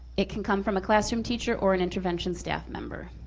it can come from a classroom teacher or an intervention staff member.